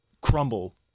crumble